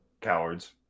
Cowards